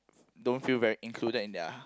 don't feel very included in their